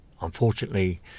unfortunately